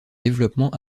développement